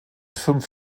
fünf